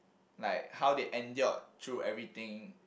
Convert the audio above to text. like how they endured through everything